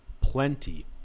plenty